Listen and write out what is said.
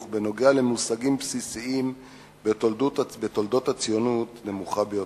בנוגע למושגים בסיסיים בתולדות הציונות נמוכה ביותר.